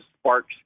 sparks